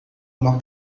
uma